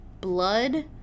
blood